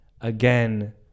Again